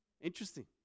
Interesting